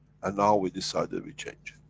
and now we decided we change,